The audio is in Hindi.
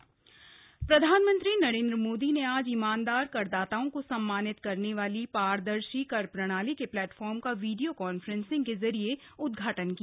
पारदर्शी कर प्रणाली प्रधानमंत्री नरेन्द्र मोदी ने आज ईमानदार करदाताओं को सम्मानित करने वाली पारदर्शी कर प्रणाली के प्लेटफॉर्म का वीडियो कांफ्रेंसिंग के जरिए उद्घाटन किया